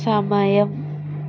సమయం